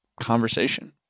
conversation